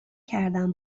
کردم